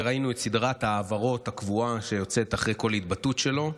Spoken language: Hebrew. וראינו את סדרת ההבהרות הקבועה שיוצאת אחרי כל התבטאות שלו,